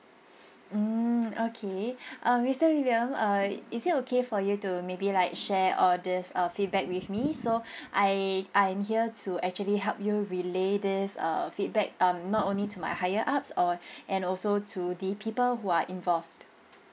mm okay uh mister william uh is it okay for you to maybe like share all this uh feedback with me so I I'm here to actually help you relay this uh feedback um not only to my higher ups or and also to the people who are involved